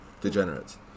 degenerates